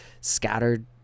scattered